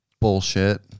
bullshit